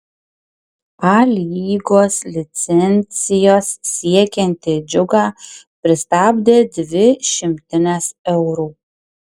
a lygos licencijos siekiantį džiugą pristabdė dvi šimtinės eurų